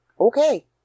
okay